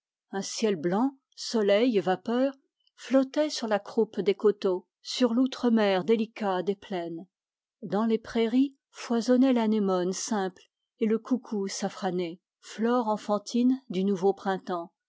un ciel blanc soleil et vapeur flottait sur la croupe des coteaux sur l'outremer délicat des plaines dans les prairies foisonnaient l'anémone simple et le coucou safrané flore enfantine du nouveau printemps